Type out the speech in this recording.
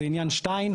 זה עניין שטיין,